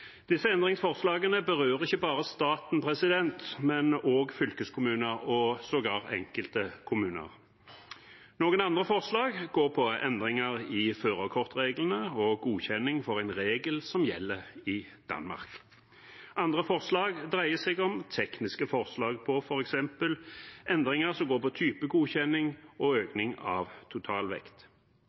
Disse endringsforslagene berører ikke bare staten, men også fylkeskommuner og sågar enkelte kommuner. Noen andre forslag går på endringer i førerkortreglene og godkjenning for en regel som gjelder i Danmark. Andre forslag dreier seg om tekniske forslag på f.eks. endringer som går på typegodkjenning og økning av